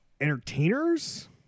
entertainers